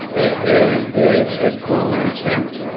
their hair and beards had grown unkempt,